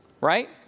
right